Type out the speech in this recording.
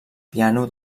piano